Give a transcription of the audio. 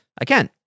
again